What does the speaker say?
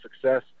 success